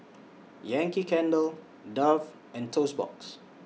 Yankee Candle Dove and Toast Box